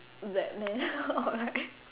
Batman